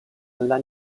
alla